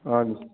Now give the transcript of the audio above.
ہاں جی